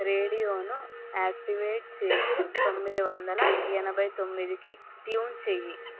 రేడియోను activate చేసి తొమ్మిది వందల ఎనభై తొమ్మిదికి ట్యూన్ చేయ్యి